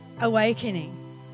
awakening